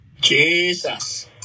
Jesus